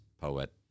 poet